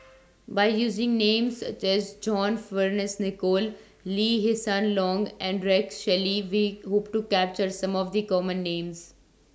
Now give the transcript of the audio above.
By using Names such as John Fearns Nicoll Lee Hsien Loong and Rex Shelley We Hope to capture Some of The Common Names